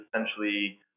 essentially